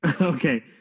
Okay